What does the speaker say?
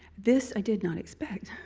this i did not expect.